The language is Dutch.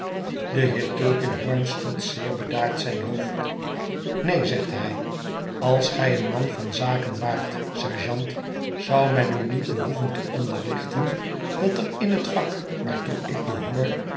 de heer tulkinghorn schudt zeer bedaard zijn hoofd neen zegt hij als gij een man van zaken waart sergeant zou men u niet behoeven te onderrichten dat er in het vak waartoe ik behoor